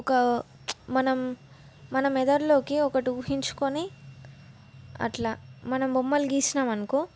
ఒక మనం మన మెదడులోకి ఒకటి ఊహించుకొని అట్ల మనం బొమ్మలు గీసినాం అనుకో